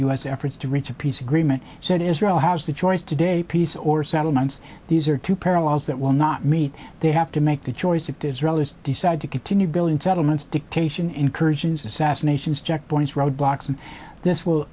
u s efforts to reach a peace agreement so that israel has the choice today peace or settlements these are two parallels that will not meet they have to make the choice to decide to continue building settlements dictation incursions assassinations checkpoints road blocks and this will